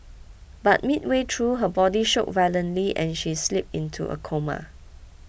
but midway through her body shook violently and she slipped into a coma